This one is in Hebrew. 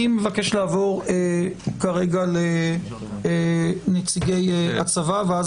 אני מבקש לעבור כרגע לנציגי הצבא ואז